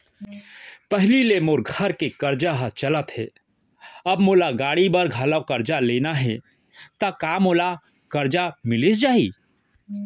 पहिली ले मोर घर के करजा ह चलत हे, अब मोला गाड़ी बर घलव करजा लेना हे ता का मोला करजा मिलिस जाही?